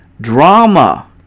drama